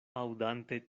aŭdante